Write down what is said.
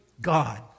God